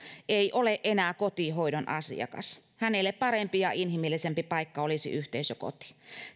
ei ole enää kotihoidon asiakas hänelle parempi ja inhimillisempi paikka olisi yhteisökoti